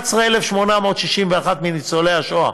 11,861 מניצולי השואה